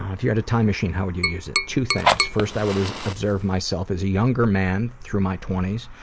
if you had a time machine how would you use it? two things. first i would observe myself as a younger man through my twenty s.